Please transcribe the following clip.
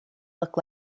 look